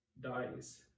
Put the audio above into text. dies